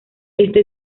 este